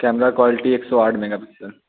camera quality एक सौ आठ मेगापिक्सेल